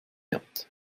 wird